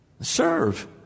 serve